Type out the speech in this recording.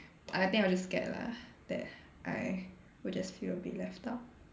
I think I was just scared lah that I will just feel a bit left out